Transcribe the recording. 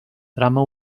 trama